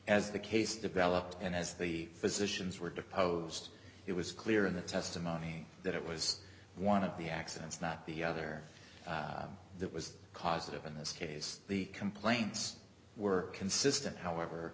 as the case developed and as the physicians were deposed it was clear in the testimony that it was one of the accidents not the other that was causative in this case the complaints were consistent however